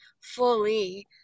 fully